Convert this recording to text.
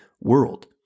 world